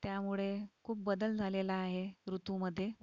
त्यामुळे खूप बदल झालेला आहे ऋतूमध्ये